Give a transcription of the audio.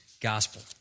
gospel